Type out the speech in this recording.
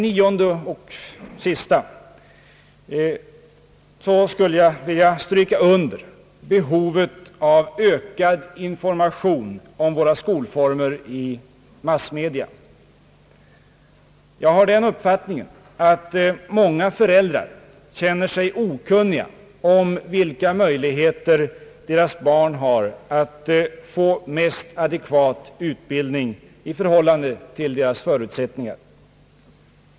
9) Till sist skulle jag vilja stryka under behovet av ökad information om våra skolformer via massmedia. Jag har den uppfattningen att många föräldrar känner sig okunniga om vilka möjligheter deras barn har att få mest adekvat utbildning i förhållande till sina förutsättningar.